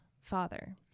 father